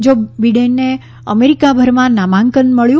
જો બિડેનને અમેરિકાભરમાં નામાંકન મળ્યું